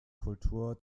kultur